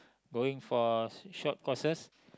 going for short courses